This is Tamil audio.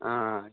ஆ ஆ